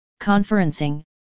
conferencing